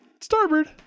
starboard